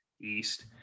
east